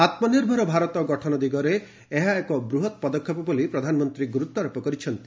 ଆତ୍ମନିର୍ଭର ଭାରତ ଗଠନ ଦିଗରେ ଏହା ଏକ ବୃହତ ପଦକ୍ଷେପ ବୋଲି ପ୍ରଧାନମନ୍ତ୍ରୀ ଗୁରୁତ୍ୱାରୋପ କରିଚ୍ଛନ୍ତି